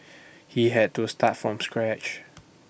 he had to start from scratch